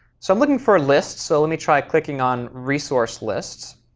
so i'm looking for a list, so let me try clicking on resource lists.